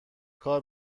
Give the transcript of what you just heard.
کار